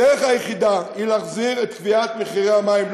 הדרך היחידה היא להחזיר את קביעת מחירי המים,